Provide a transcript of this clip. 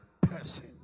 person